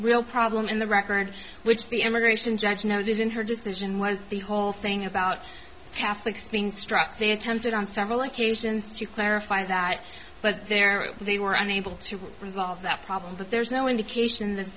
real problem in the records which the immigration judge noted in her decision was the whole thing about catholics being struck they attempted on several occasions to clarify that but there they were unable to resolve that problem but there's no indication that